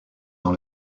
dans